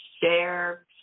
share